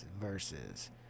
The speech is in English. versus